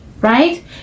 right